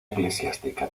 eclesiástica